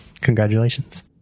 congratulations